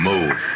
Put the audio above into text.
Move